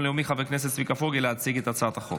לאומי חבר הכנסת צביקה פוגל להציג את הצעת החוק.